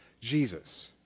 Jesus